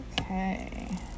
okay